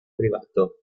privato